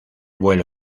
vuelo